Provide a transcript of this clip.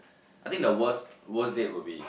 I think the worst worst date would be